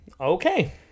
Okay